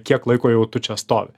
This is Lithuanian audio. kiek laiko jau tu čia stovi